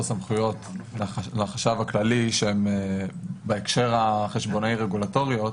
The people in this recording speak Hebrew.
סמכויות לחשב הכללי שהן בהקשר החשבונאי רגולטוריות,